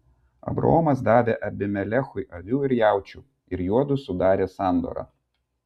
abraomas davė abimelechui avių ir jaučių ir juodu sudarė sandorą